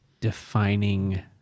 defining